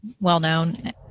well-known